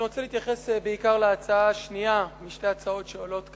אני רוצה להתייחס בעיקר להצעה השנייה משתי ההצעות שעולות כאן,